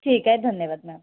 ठीक आहे धन्यवाद मॅम